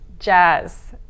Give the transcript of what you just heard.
Jazz